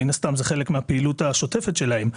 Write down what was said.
מן הסתם, זה חלק מהפעילות השוטפת שלהם.